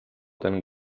ten